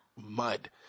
mud